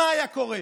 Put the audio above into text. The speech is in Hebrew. מה היה קורה.